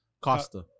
Costa